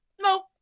No